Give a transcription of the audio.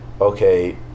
okay